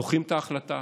דוחים את ההחלטה,